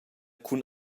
cun